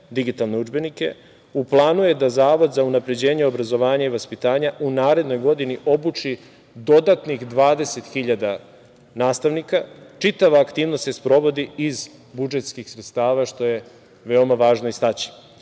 digitalne udžbenike. U planu je da Zavod za unapređenje obrazovanja i vaspitanja u narednoj godini obuči dodatnih 20 hiljada nastavnika. Čitava aktivnost se sprovodi iz budžetskih sredstava, što je veoma važno istaći. Do